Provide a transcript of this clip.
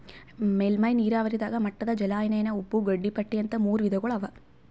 ಮೇಲ್ಮೈ ನೀರಾವರಿದಾಗ ಮಟ್ಟದ ಜಲಾನಯನ ಉಬ್ಬು ಗಡಿಪಟ್ಟಿ ಅಂತ್ ಮೂರ್ ವಿಧಗೊಳ್ ಅವಾ